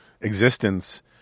existence